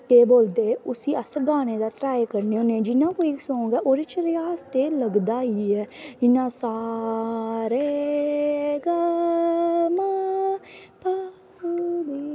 केह् बोलदे उसी अस गाने दा ट्राई करने होन्ने जि'यां कोई सांग ओह्दे च रेयाज ते लगदा गे ऐ जि'यां सा रे गा मां पा दा